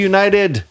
United